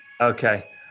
Okay